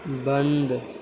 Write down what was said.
بند